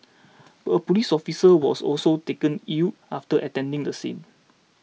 a police officer was also taken ill after attending the scene